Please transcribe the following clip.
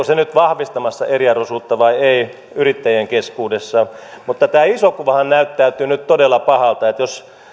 se nyt vahvistamassa eriarvoisuutta yrittäjien keskuudessa vai ei mutta tämä iso kuvahan näyttäytyy nyt todella pahana jos